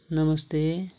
नमस्ते